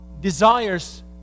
desires